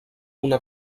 una